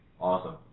Awesome